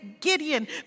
Gideon